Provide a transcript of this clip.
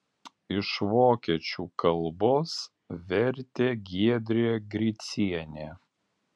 iš vokiečių kalbos vertė giedrė gricienė